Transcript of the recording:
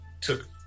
took